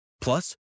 Plus